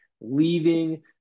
leaving